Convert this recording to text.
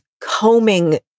combing